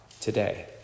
today